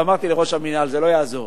ואמרתי לראש המינהל: זה לא יעזור.